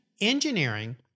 engineering